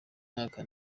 mwaka